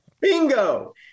Bingo